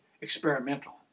experimental